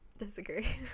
disagree